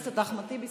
חבר הכנסת אחמד טיבי,